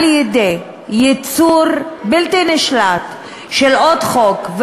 על-ידי ייצור בלתי נשלט של עוד חוק,